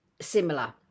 similar